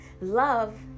love